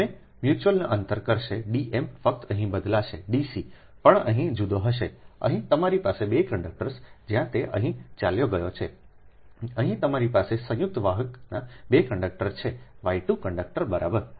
અમે મ્યુચ્યુઅલ અંતર કરશે D m ફક્ત અહીં બદલાશે D c પણ અહીં જુદો હશે અહીં તમારી પાસે 2 કંડકટર્સ જ્યાં તે અહીંથી ચાલ્યો ગયો છે અહીં તમારી પાસે સંયુક્ત વાહકના 2 કંડક્ટર છે y 2 કંડક્ટર બરાબર